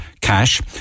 cash